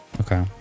Okay